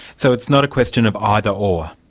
so it's not a question of either or?